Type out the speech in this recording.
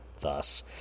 thus